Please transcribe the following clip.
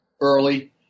early